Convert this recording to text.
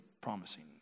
promising